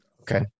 Okay